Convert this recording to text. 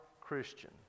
Christian